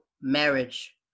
marriage